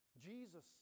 Jesus